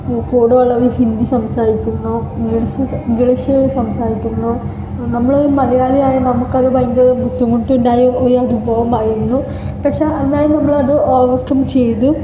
കൂടെയുള്ളവര് ഹിന്ദി സംസാരിക്കുന്നു English English സംസാരിക്കുന്നു നമ്മൾ മലയാളിയായ നമുക്ക് അത് ഭയങ്കര ബുദ്ധിമുട്ടുണ്ടായ ഒരനുഭവമായിരുന്നു പക്ഷേ എന്നാലും നമ്മളത് ഓവര്കം ചെയ്തു